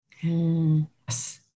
Yes